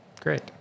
great